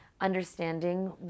understanding